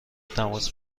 تماس